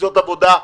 תפיסות עבודה,